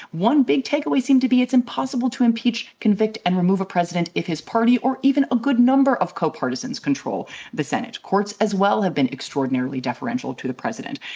one big take away seem to be it's impossible to and convict and remove a president if his party or even a good number of co-partisans control the senate. courts as well have been extraordinarily deferential to the president.